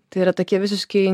tai yra tokie visiškai